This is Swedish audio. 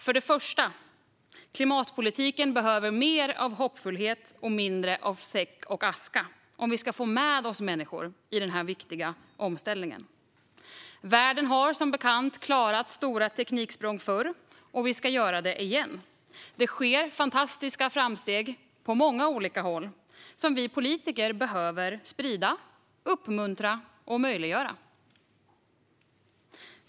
För det första: Klimatpolitiken behöver mer av hoppfullhet och mindre av säck och aska om vi ska få med oss människor i denna viktiga omställning. Världen har som bekant klarat stora tekniksprång förr, och vi ska göra det igen. Det sker fantastiska framsteg på många olika håll som vi politiker behöver sprida, uppmuntra och möjliggöra.